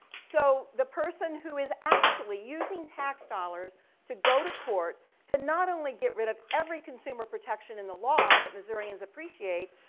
so the person who is actually using tax dollars to go to court to not only get rid of every consumer protection in the law that missourians appreciate,